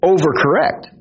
Overcorrect